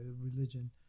religion